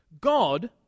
God